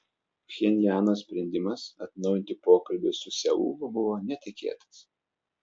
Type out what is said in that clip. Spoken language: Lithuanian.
pchenjano sprendimas atnaujinti pokalbius su seulu buvo netikėtas